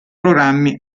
programmi